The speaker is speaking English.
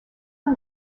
and